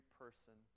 person